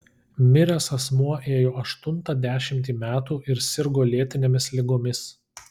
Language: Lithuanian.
miręs asmuo ėjo aštuntą dešimtį metų ir sirgo lėtinėmis ligomis